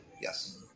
yes